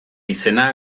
izena